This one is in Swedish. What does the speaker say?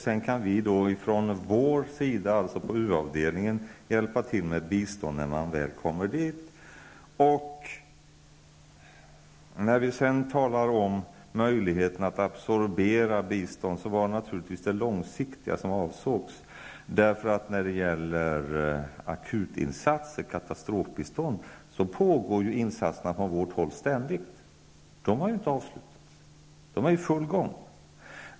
Sedan kan vi från U avdelningens sida hjälpa till med bistånd när de väl återvänder hem. Vidare har vi frågan om möjligheterna att absorbera bistånd. Naturligtvis avsågs det långsiktiga biståndet. När det gäller akuta insatser, katastrofbistånd, pågår ständigt insatser från vårt håll. De har inte avslutats. De är i full gång.